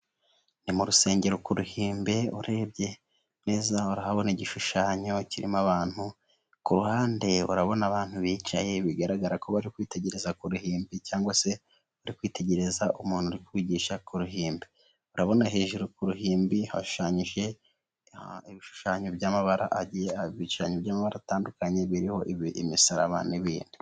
Ni mu rusengero ku ruhimbi, urebye neza urabona igishushanyo kirimo abantu, ku ruhande urabona abantu bicaye, bigaragara ko bari kwitegereza ku ruhimbi cyangwa se bari kwitegereza umuntu urikwigisha. Ku ruhimbi urabona hejuru ku ruhimbi hasshushanyije ibishushanyo by'amabara atandukanye biriho imisaraba n'ibindi.